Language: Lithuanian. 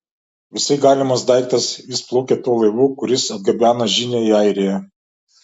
visai galimas daiktas jis plaukė tuo laivu kuris atgabeno žinią į airiją